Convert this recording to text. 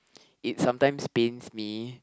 it sometimes pains me